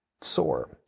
sore